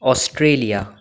Australia